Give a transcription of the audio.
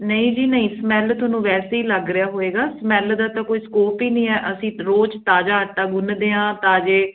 ਨਹੀਂ ਜੀ ਨਹੀਂ ਸਮੈਲ ਤੁਹਾਨੂੰ ਵੈਸੇ ਹੀ ਲੱਗ ਰਿਹਾ ਹੋਏਗਾ ਸਮੈਲ ਦਾ ਤਾਂ ਕੋਈ ਸਕੋਪ ਹੀ ਨਹੀਂ ਹੈ ਅਸੀਂ ਰੋਜ਼ ਤਾਜ਼ਾ ਆਟਾ ਗੁੰਨਦੇ ਹਾਂ ਤਾਜ਼ੇ